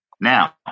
Now